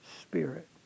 spirit